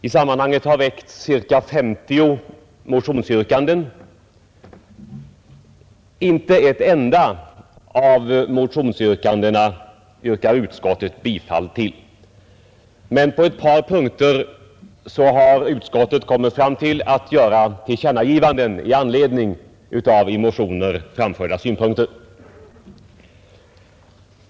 I sammanhanget har framförts ca 50 motionsyrkanden, Inte en enda av motionerna yrkar utskottet bifall till, men på ett par punkter har utskottet kommit fram till att göra tillkännagivanden i anledning av i motioner framförda synpunkter.